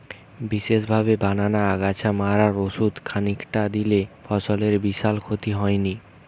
বিশেষভাবে বানানা আগাছা মারার ওষুধ খানিকটা দিলে ফসলের বিশাল ক্ষতি হয়নি